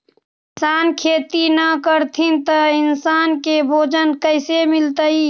किसान खेती न करथिन त इन्सान के भोजन कइसे मिलतइ?